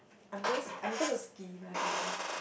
I'm going I'm gonna ski when I go there